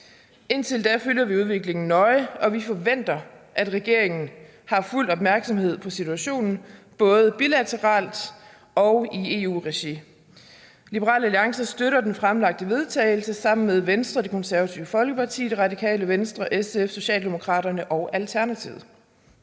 Indtil da følger vi udviklingen nøje, og vi forventer, at regeringen har fuld opmærksomhed på situationen både bilateralt og i EU-regi. Liberal Alliance støtter det fremsatte forslag til vedtagelse sammen med Venstre, Det Konservative Folkeparti, Det Radikale Venstre, SF, Socialdemokratiet og Alternativet.